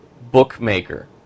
bookmaker